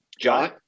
John